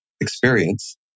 experience